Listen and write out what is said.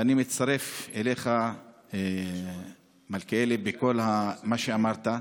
ואני מצטרף אליך, מלכיאלי, בכל מה שאמרת,